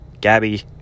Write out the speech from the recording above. gabby